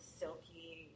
silky